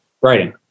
writing